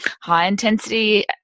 high-intensity